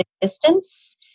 distance